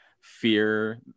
fear